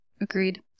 Agreed